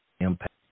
impact